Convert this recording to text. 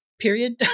period